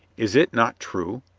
is it not true?